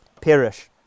perish